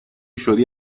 شدی